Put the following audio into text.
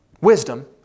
wisdom